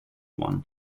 one